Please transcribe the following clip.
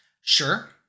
Sure